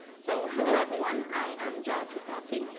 so hello everyone, i am jaya tripathi,